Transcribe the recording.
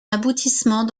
aboutissement